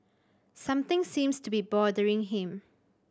something seems to be bothering him